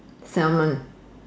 Salmon